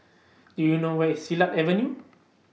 Do YOU know Where IS Silat Avenue